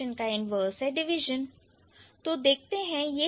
addition का inverse है subtraction और मल्टीप्लिकेशन का इन्वर्स है डिवीजन